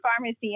pharmacy